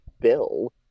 Bill